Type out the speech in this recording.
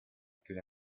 could